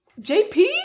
JP